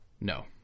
No